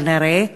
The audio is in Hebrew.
כנראה,